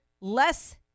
less